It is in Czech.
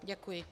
Děkuji.